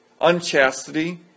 Unchastity